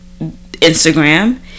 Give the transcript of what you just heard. instagram